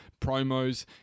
promos